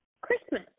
Christmas